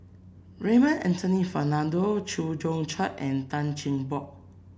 Raymond Anthony Fernando Chew Joo Chiat and Tan Cheng Bock